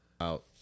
out